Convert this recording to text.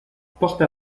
porte